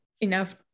enough